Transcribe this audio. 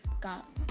got